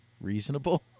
reasonable